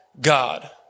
God